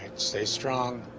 stay strong.